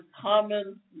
common